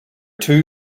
two